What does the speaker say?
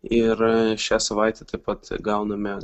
ir šią savaitę taip pat gauname